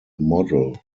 model